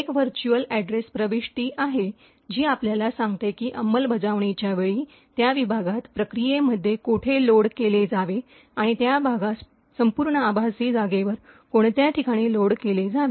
एक virtual address प्रविष्टी आहे जी आपल्याला सांगते की अंमलबजावणीच्या वेळी त्या विभागात प्रक्रियेमध्ये कोठे लोड केले जावे आणि त्या भागास संपूर्ण आभासी जागेवर कोणत्या ठिकाणी लोड केले जावे